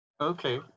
Okay